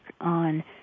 on